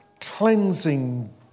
cleansing